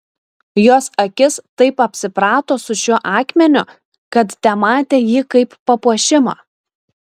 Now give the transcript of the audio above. jos akis taip apsiprato su šiuo akmeniu kad tematė jį kaip papuošimą